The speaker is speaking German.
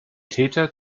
täter